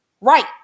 Right